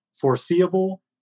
foreseeable